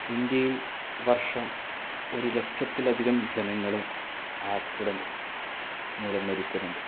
ഇന്ത്യയിൽ വർഷം ഒരു ലക്ഷത്തിലധികം ജനങ്ങള് ആക്സിഡന്റ് മൂലം മരിക്കുന്നുണ്ട്